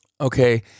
Okay